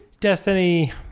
Destiny